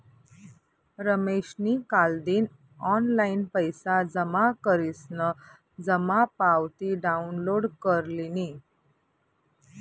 रमेशनी कालदिन ऑनलाईन पैसा जमा करीसन जमा पावती डाउनलोड कर लिनी